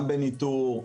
גם בניטור,